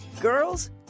Girls